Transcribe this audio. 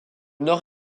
nord